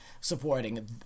supporting